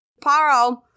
Paro